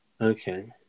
Okay